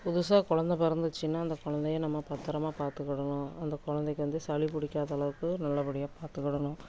புதுசாக குழந்த பிறந்துச்சின்னா அந்த குழந்தைய நம்ம பத்திரமா பார்த்துக்கிடணும் அந்த குழந்தைக்கு வந்து சளி பிடிக்காத அளவுக்கு நல்ல படியாக பார்த்துக்கிடணும்